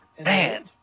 man